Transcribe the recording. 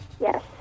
Yes